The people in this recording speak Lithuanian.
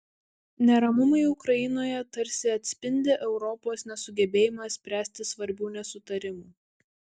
neramumai ukrainoje tarsi atspindi europos nesugebėjimą spręsti svarbių nesutarimų